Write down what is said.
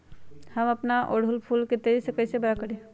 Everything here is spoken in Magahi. हम अपना ओरहूल फूल के तेजी से कई से बड़ा करी?